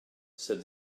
said